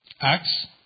Acts